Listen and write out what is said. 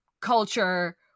culture